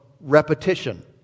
repetition